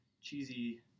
cheesy